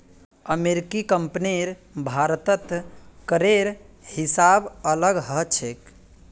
अमेरिकी कंपनीर भारतत करेर हिसाब अलग ह छेक